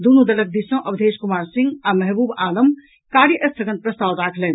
दुनू दलक दिस सॅ अवधेश कुमार सिंह आ महबूब आलम कार्य स्थगन प्रस्ताव राखलनि